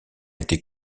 été